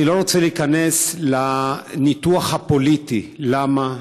אני לא רוצה להיכנס לניתוח הפוליטי למה,